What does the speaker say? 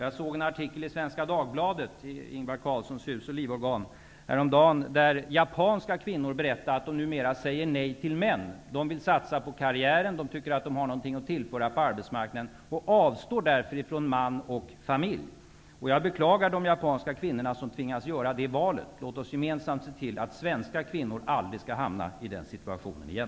Jag såg en artikel i Svenska Dagbladet -- Ingvar Carlssons hus och livorgan -- häromdagen japanska kvinnor berättar att de numera säger nej till män. De vill satsa på karriären och tycker att de har något att tillföra på arbetsmarknaden, och de avstår därför från man och familj. Jag beklagar de japanska kvinnor som tvingas att göra det valet. Låt oss gemensamt se till att svenska kvinnor aldrig skall hamna i den situationen igen.